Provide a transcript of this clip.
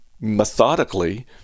methodically